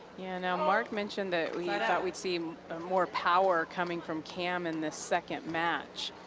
yeah and um mark mentioned we and thought we'd see ah more power coming from cam in this second match.